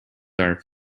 are